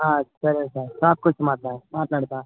సరే సార్ రాత్రి కూర్చుని మాట్లా మాట్లాడతా